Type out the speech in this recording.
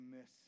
miss